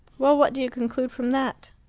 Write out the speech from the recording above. well, what do you conclude from that?